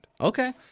Okay